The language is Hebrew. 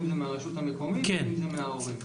מהרשות המקומית או מההורים.